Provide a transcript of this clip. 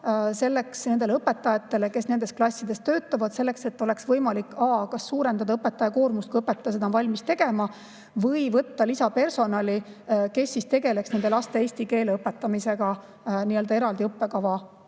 pearaha nendele õpetajatele, kes nendes klassides töötavad, selleks et oleks võimalik kas suurendada õpetaja koormust, kui õpetaja seda on valmis tegema, või võtta lisapersonali, kes tegeleks nendele lastele eesti keele õpetamisega eraldi õppekava abil.